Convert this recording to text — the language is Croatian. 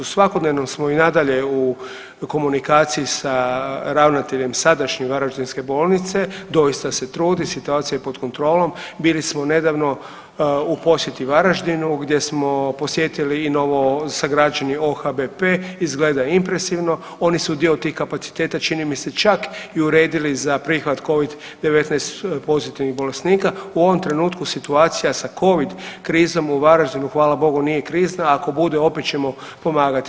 Svakodnevno smo i nadalje u komunikaciji sa ravnateljem sadašnjim varaždinske bolnice, doista se trudi, situacija je pod kontrolom, bili smo nedavno u posjeti Varaždinu gdje smo posjetili i novosagrađeni OHBP, izgleda impresivno, oni su dio tih kapaciteta, čini mi se, čak i uredili za prihvat Covid-19 pozitivnih bolesnika, u ovom trenutku situacija sa Covid krizom u Varaždinu, hvala Bogu, nije krizna, ako bude, opet ćemo pomagati.